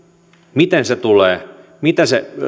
miten se tulee